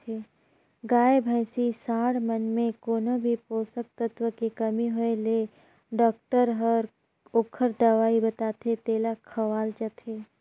गाय, भइसी, सांड मन में कोनो भी पोषक तत्व के कमी होय ले डॉक्टर हर ओखर दवई बताथे तेला खवाल जाथे